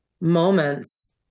moments